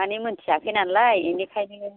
माने मोनथियाखै नालाय बेनिखायनो